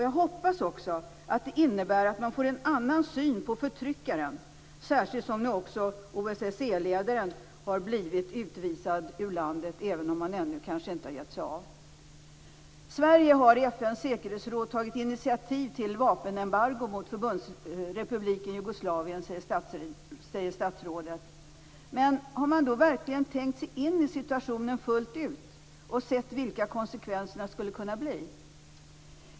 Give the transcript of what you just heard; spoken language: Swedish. Jag hoppas också att det innebär att man får en annan syn på förtryckaren, särskilt som nu också OSSE-ledaren har blivit utvisad ur landet, även om han ännu inte har gett sig av. Sverige har i FN:s säkerhetsråd tagit initiativ till vapenembargo mot Förbundsrepubliken Jugoslavien, säger statsrådet. Men har man då verkligen tänkt sig in i situationen fullt ut och sett vilka konsekvenserna skulle kunna bli?